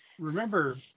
Remember